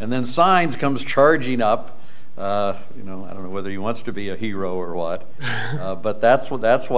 and then signs comes charging up you know i don't know whether you want to be a hero or what but that's what that's what